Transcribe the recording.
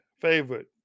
Favorite